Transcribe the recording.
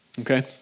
Okay